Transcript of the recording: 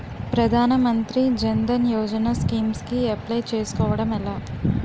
ప్రధాన మంత్రి జన్ ధన్ యోజన స్కీమ్స్ కి అప్లయ్ చేసుకోవడం ఎలా?